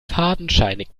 fadenscheinig